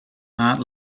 aunt